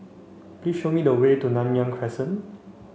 please show me the way to Nanyang Crescent